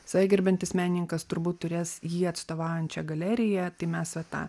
save gerbiantis menininkas turbūt turės jį atstovaujančią galeriją tai mes va tą